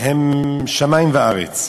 הם שמים וארץ.